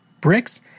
bricks